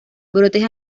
brotes